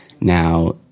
now